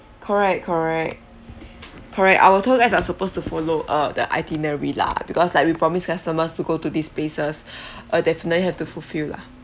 correct correct correct our tour guides are supposed to follow uh the itinerary lah because like we promise customers to go to these places uh definitely have to fulfill lah